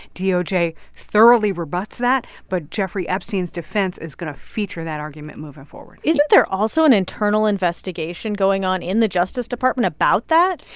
doj thoroughly rebuts that. but jeffrey epstein's defense is going to feature that argument moving forward isn't there also an internal investigation going on in the justice department about that?